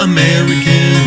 American